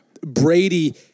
Brady